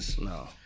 no